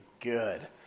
good